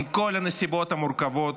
עם כל הנסיבות המורכבות,